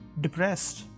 depressed